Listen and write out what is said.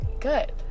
good